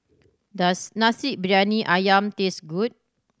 does Nasi Briyani Ayam taste good